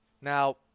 Now